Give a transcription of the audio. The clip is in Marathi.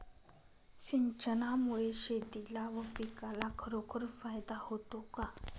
सिंचनामुळे शेतीला व पिकाला खरोखर फायदा होतो का?